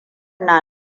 na